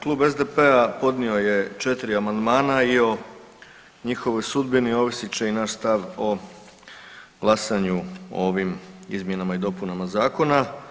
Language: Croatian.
Klub SDP-a podnio je 4 amandmana i o njihovoj sudbini ovisit će i naš stav o glasanju o ovim izmjenama i dopunama zakona.